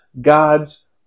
God's